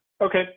okay